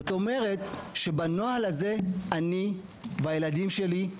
זאת אומרת שבנוהל הזה אני והילדים שלי,